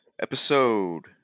episode